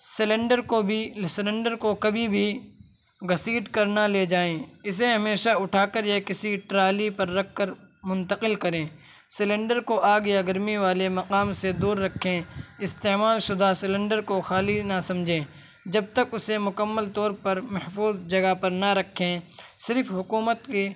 cylinder کو بھی cylinder کو کبھی بھی گھسیٹ کر نہ لے جائیں اسے ہمیشہ اٹھا کر یا کسی ٹرالی ر رکھ کر منتقل کریں سلنڈر کو آگ یا گرمی والے مقام سے دور رکھیں استعمال شدہ سلنڈر کو خالی نہ سمجھیں جب تک اسے مکمل طور پر محفوظ جگہ پر نہ رکھیں صرف حکومت کی